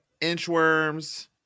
inchworms